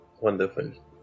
wonderful